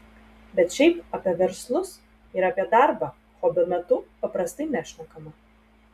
bet šiaip apie verslus ir apie darbą hobio metu paprastai nešnekama